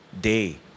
day